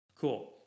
cool